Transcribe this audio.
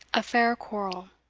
a faire quarrell.